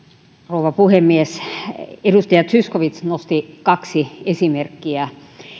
rouva puhemies edustaja zyskowicz nosti kaksi esimerkkiä